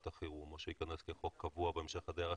החירום או שייכנס כחוק קבוע בהמשך הדרך,